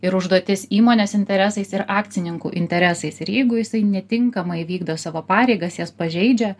ir užduotis įmonės interesais ir akcininkų interesais ir jeigu jisai netinkamai vykdo savo pareigas jas pažeidžia